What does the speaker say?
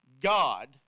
God